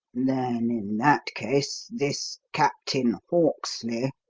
then, in that case, this captain hawksley